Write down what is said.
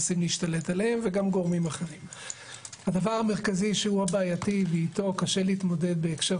אני משתדל להגיע הרבה בשעות הביקור ולראות חלק גדול מהאנשים